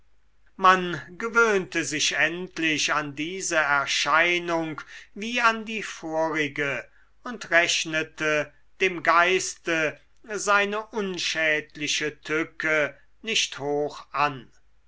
man gewöhnte sich endlich an diese erscheinung wie an die vorige und rechnete dem geiste seine unschädliche tücke nicht hoch an